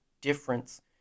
difference